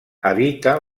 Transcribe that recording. habita